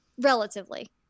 relatively